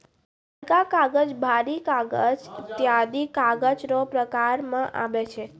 हलका कागज, भारी कागज ईत्यादी कागज रो प्रकार मे आबै छै